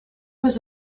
was